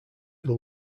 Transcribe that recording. who